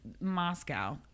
moscow